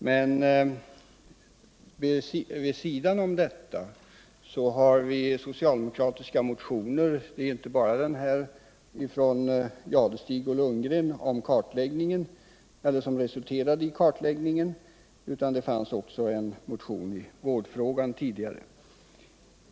Men vid sidan av detta har vi socialdemokratiska motioner, inte bara denna från Thure Jadestig och Carl-Eric Lundgren, vilken resulterade i en kartläggning, utan också en tidigare motion i vårdfrågan.